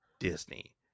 disney